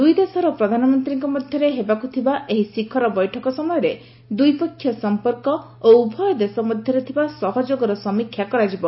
ଦୁଇଦେଶର ପ୍ରଧାନମନ୍ତ୍ରୀଙ୍କ ମଧ୍ୟରେ ହେବାକୁ ଥିବା ଏହି ଶିଖର ବୈଠକ ସମୟରେ ଦ୍ୱିପକ୍ଷୀୟ ସଂପର୍କ ଓ ଉଭୟ ଦେଶ ମଧ୍ୟରେ ଥିବା ସହଯୋଗର ସମୀକ୍ଷା କରାଯିବ